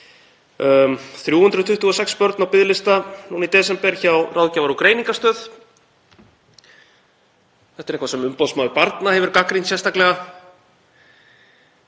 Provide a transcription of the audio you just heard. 326 börn á biðlista núna í desember hjá Ráðgjafar- og greiningarstöð. Þetta er eitthvað sem umboðsmaður barna hefur gagnrýnt sérstaklega.